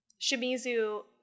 Shimizu